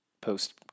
post